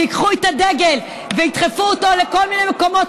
שייקחו את הדגל וידחפו אותו לכל מיני מקומות,